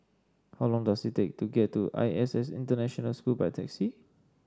how long does it take to get to I S S International School by taxi